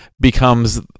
becomes